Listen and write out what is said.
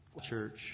church